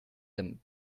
them